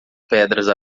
pedras